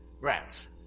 Rats